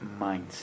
mindset